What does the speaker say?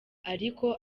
ariko